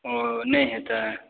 ओ नहि हेतै